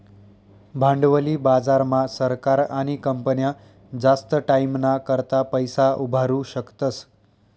भांडवली बाजार मा सरकार आणि कंपन्या जास्त टाईमना करता पैसा उभारु शकतस